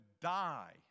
die